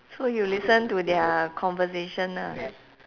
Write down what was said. so you listen to their conversation ah